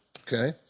Okay